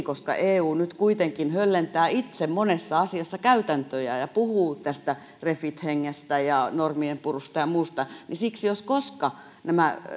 koska eu nyt kuitenkin höllentää itse monessa asiassa käytäntöjään ja puhuu refit hengestä ja normien purusta ja muusta siksi jos koska nämä